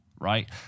Right